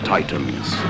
Titans